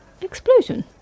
explosion